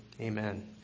amen